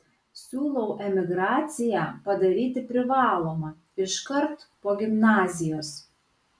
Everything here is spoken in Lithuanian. siūlau emigraciją padaryti privalomą iškart po gimnazijos